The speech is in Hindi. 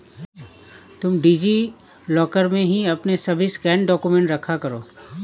तुम डी.जी लॉकर में ही अपने सभी स्कैंड डाक्यूमेंट रखा करो